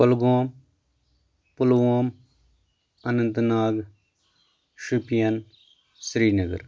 Kulgam Pulwama Anantnag Shopian Srinagar